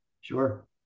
Sure